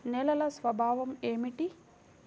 నేలల స్వభావం ఏమిటీ?